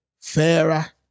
fairer